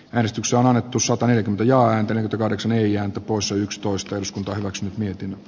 yhdistys on annettu sataneljäkymmentä ja entinen kahdeksan neljä poissa yksitoista jos kunta maksaa niin